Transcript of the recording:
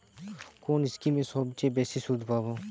কোন স্কিমে সবচেয়ে বেশি সুদ পাব?